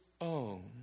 own